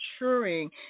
maturing